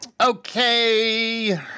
Okay